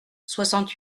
soixante